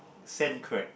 sand crack